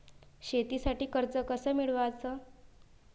शेतीसाठी कर्ज कस मिळवाच?